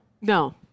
No